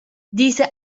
diese